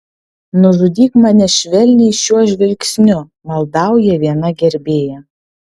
nužudyk mane švelniai šiuo žvilgsniu maldauja viena gerbėja